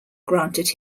granted